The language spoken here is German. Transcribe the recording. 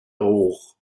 hoch